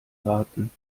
warten